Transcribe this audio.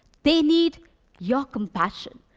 they need your compassion.